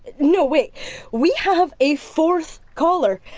and no, wait we have a fourth caller!